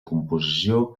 composició